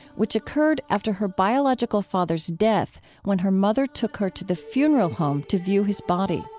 which occurred after her biological father's death when her mother took her to the funeral home to view his body